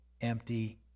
empty